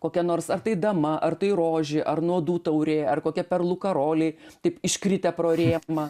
kokia nors ar tai dama ar tai rožė ar nuodų taurė ar kokia perlų karoliai taip iškritę pro rėmą